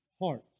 heart